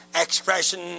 expression